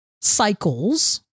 cycles